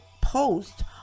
post